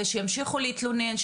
שימשיכו להתלונן,